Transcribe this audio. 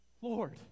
Lord